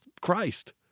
Christ